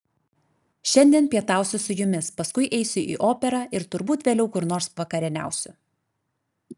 šiandien pietausiu su jumis paskui eisiu į operą ir turbūt vėliau kur nors vakarieniausiu